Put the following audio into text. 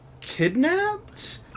kidnapped